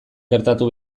gertatu